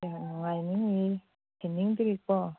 ꯅꯨꯡꯉꯥꯏꯅꯤꯡꯉꯤ ꯁꯤꯅꯤꯡꯗ꯭ꯔꯤꯀꯣ